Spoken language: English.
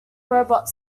robot